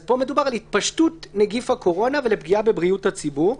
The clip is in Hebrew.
פה מדובר על התפשטות נגיף הקורונה ופגיעה בבריאות הציבור.